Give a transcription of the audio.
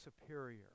superior